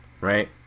right